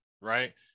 right